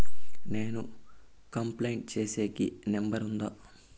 నేను కంప్లైంట్ సేసేకి నెంబర్ ఉందా?